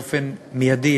באופן מיידי,